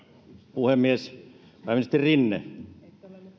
puhemies pääministeri rinne te